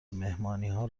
مهمانیها